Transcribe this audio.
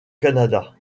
canada